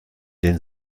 den